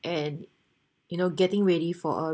and you know getting ready for a